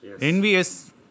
Envious